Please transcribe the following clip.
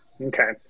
Okay